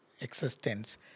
existence